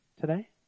today